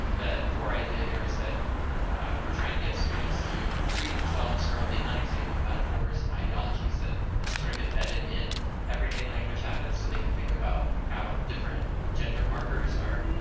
the core idea here is that we're trying to get students to free themselves from the unexamined metaphors and ideologies that are sort of embedded in everyday language habits so they can think about how different gender markers are